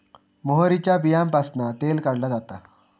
मोहरीच्या बीयांपासना तेल काढला जाता